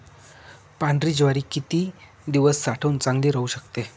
पांढरी ज्वारी किती दिवस साठवून चांगली राहू शकते?